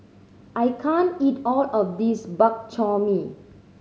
I can't eat all of this Bak Chor Mee